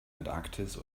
antarktis